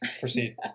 Proceed